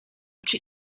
czy